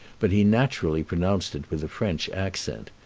but he naturally pronounced it with a french accent.